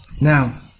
Now